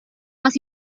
más